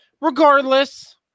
regardless